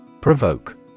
Provoke